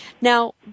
Now